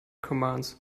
commands